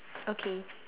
okay